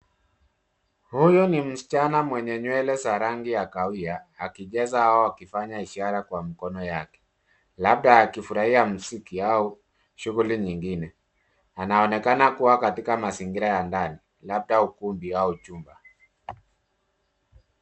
Huyu ni msichana mwenye nywele za rangi ya kahawia akicheza au akifanya ishara kwa mikono yake labda akifurahia mziki au shughuli nyingine. Anaonekana kuwa katika mazingira ya ndani labda ukumbi au chumba.